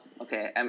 okay